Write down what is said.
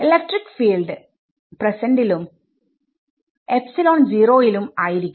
electric field പ്രെസെന്റിലും zero യിലും ആയിരിക്കും